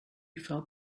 felt